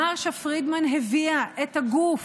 מרשה פרידמן הביאה את הגוף,